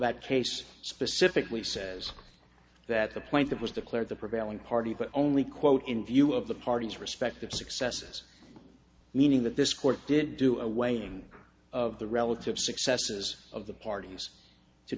that case specifically says that the point that was declared the prevailing party could only quote in view of the party's respective successes meaning that this court did do away in of the relative successes of the parties to